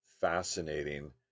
fascinating